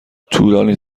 طولانی